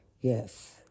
Yes